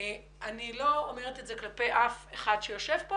ואני לא אומרת את זה כלפי אף אחד מהיושבים כאן.